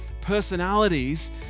personalities